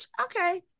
okay